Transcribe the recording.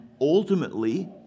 ultimately